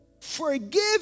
Forgive